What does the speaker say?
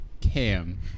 Cam